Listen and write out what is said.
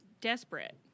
desperate